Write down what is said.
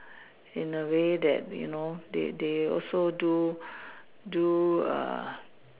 in a way that you know they they also do do err